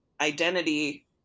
identity